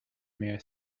mere